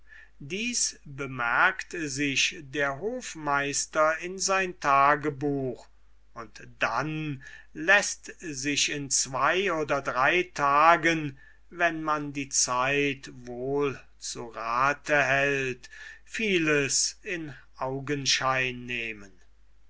dies bemerkt sich der hofmeister in sein tagebuch und dann läßt sich in zween oder drei tagen wenn man die zeit wohl zu rate hält vieles in augenschein nehmen